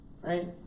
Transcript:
right